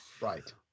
Right